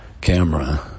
Camera